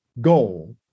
goal